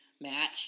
match